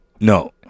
no